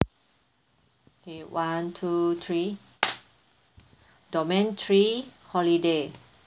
okay one two three domain three holiday